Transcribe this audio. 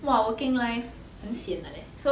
!wah! working life 很 sian 的 leh